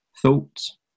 Thoughts